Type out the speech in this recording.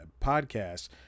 podcast